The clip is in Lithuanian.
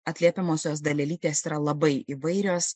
atliepiamosios dalelytės yra labai įvairios